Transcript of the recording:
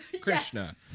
Krishna